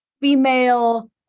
female